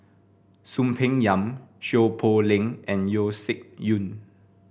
Soon Peng Yam Seow Poh Leng and Yeo Shih Yun